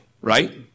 right